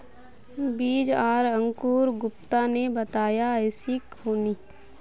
बीज आर अंकूर गुप्ता ने बताया ऐसी होनी?